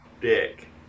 Dick